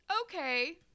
okay